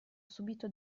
subito